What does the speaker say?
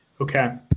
Okay